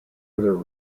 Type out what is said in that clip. other